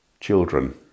children